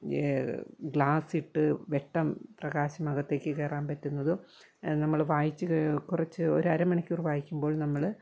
glass ഇട്ട് വെട്ടം പ്രകാശം അകത്തേക്ക് കയറാൻ പറ്റുന്നതും നമ്മൾ വായിച്ച് ക കുറച്ച് ഒരു അരമണിക്കൂർ വായിക്കുമ്പോൾ നമ്മൾ